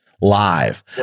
live